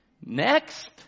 Next